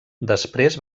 després